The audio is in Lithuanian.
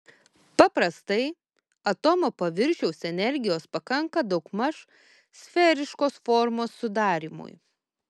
paprastai atomo paviršiaus energijos pakanka daugmaž sferiškos formos sudarymui